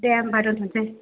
दे होनबा दोनथ'नोसै